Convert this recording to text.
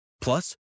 Plus